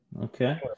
Okay